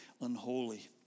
unholy